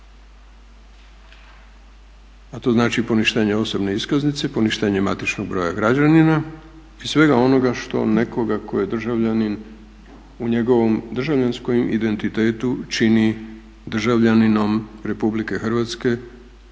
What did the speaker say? a to znači poništenje osobne iskaznice, poništenje matičnog broja građanina i svega onoga što nekoga tko je državljanin u njegovom državljanskom identitetu čini državljaninom Republike Hrvatske